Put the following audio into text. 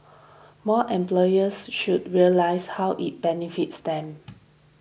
more employers should realise how it benefits them